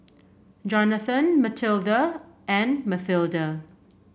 Johnathon Mathilda and Mathilda